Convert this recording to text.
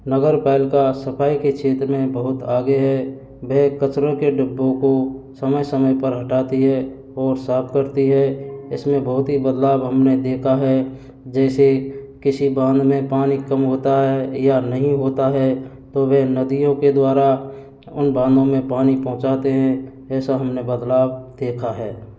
नगर पालिका सफ़ाई के क्षेत्र में बहुत आगे है वह कचरों के डिब्बों को समय समय पर हटाती है और साफ़ करती है इसमे बहुत ही बदलाव हमने देखा है जैसे किसी बांध में पानी कम होता है या नहीं होता है तो वे नदियों के द्वारा उन बांधों में पानी पहुँचाते हैं ऐसा हमने बदलाव देखा है